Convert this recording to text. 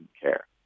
care